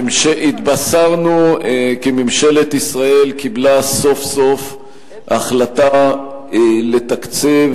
התבשרנו כי ממשלת ישראל קיבלה סוף-סוף החלטה לתקצב